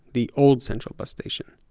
the old central bus station.